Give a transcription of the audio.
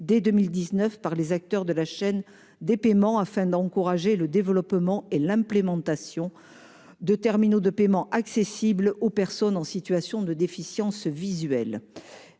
dès 2019 par les acteurs de la chaîne des paiements afin d'encourager le développement et l'implémentation de TPE accessibles aux personnes en situation de déficience visuelle